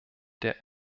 der